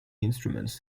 instruments